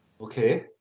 Okay